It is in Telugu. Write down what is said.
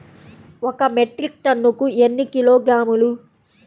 ఒక మెట్రిక్ టన్నుకు ఎన్ని కిలోగ్రాములు?